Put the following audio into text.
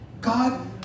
God